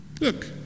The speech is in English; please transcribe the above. Look